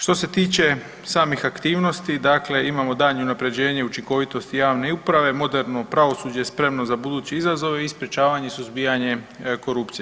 Što se tiče samih aktivnosti dakle imamo daljnje unapređenje učinkovitosti javne uprave, moderno pravosuđe i spremnost za buduće izazove i sprječavanje i suzbijanje korupcije.